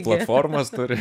platformas turi